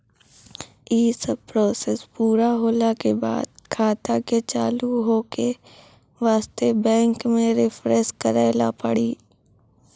यी सब प्रोसेस पुरा होला के बाद खाता के चालू हो के वास्ते बैंक मे रिफ्रेश करैला पड़ी?